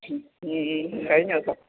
കഴിഞ്ഞ ദിവസം